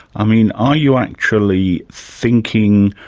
i mean, are you actually thinking,